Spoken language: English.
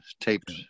taped